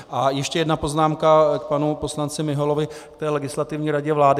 A ještě jedna poznámka k panu poslanci Miholovi, té Legislativní radě vlády.